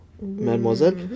mademoiselle